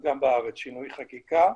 גם בארץ שינוי חקיקה,